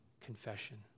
confession